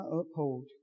uphold